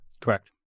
Correct